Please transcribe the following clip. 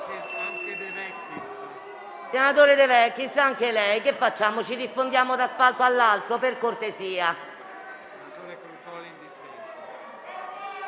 Senatore De Vecchis, anche lei: che cosa facciamo, ci rispondiamo da uno scranno all'altro? Per cortesia.